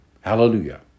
Hallelujah